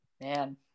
Man